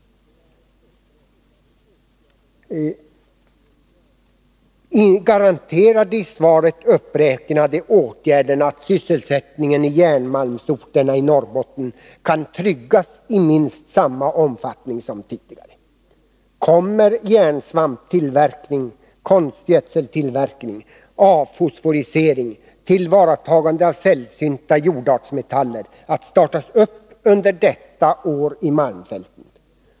Garanterar de i svaret uppräknade åtgärderna att sysselsättningen i järnmalmsorterna i Norrbotten kan tryggas i minst samma omfattning som tidigare? Kommer järnsvampstillverkning, konstgödseltillverkning, avfosforisering och tillvaratagande av sällsynta jordartsmetaller att startas i malmfälten under detta år?